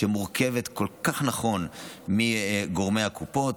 שמורכבת כל כך נכון מגורמי הקופות,